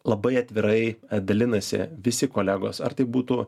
labai atvirai dalinasi visi kolegos ar tai būtų